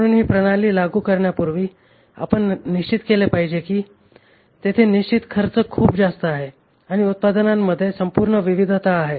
म्हणून ही प्रणाली लागू करण्यापूर्वी आपण निश्चित केले पाहिजे की तेथे निश्चित खर्च खूप जास्त आहे आणि उत्पादनांमध्ये संपूर्ण विविधता आहे